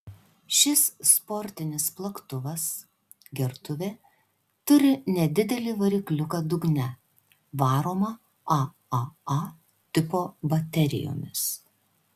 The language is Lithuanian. šis sportinis plaktuvas gertuvė turi nedidelį varikliuką dugne varomą aaa tipo baterijomis